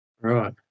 Right